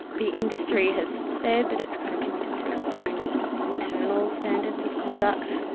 the industry has said that it's kind of committed to its own internal standards of conduct,